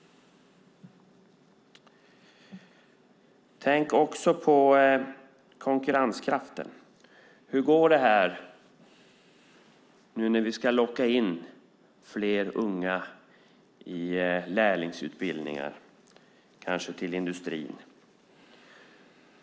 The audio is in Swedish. Vi måste också tänka på konkurrenskraften. Hur går det när vi nu ska locka in fler unga i lärlingsutbildningar, kanske till industrin?